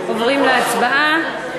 עוברים להצבעה.